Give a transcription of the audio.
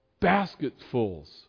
basketfuls